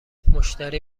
مشتری